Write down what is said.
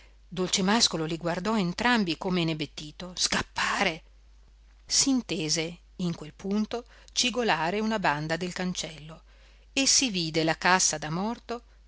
scappate dolcemàscolo li guardò entrambi come inebetito scappare s'intese in quel punto cigolare una banda del cancello e si vide la cassa da morto